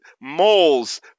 moles